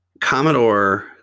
Commodore